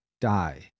die